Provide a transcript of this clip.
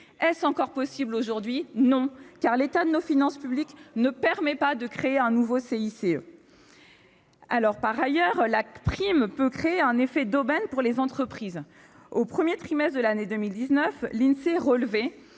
Est-ce encore possible aujourd'hui ? Non, car l'état de nos finances publiques ne permet pas de créer un nouveau CICE. Par ailleurs, la prime peut créer un effet d'aubaine pour les entreprises. Au premier trimestre de l'année 2019, l'Insee relevait